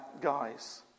guys